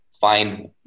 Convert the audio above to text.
find